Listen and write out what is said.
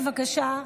בבקשה.